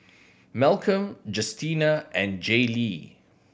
Malcom Justina and Jaylee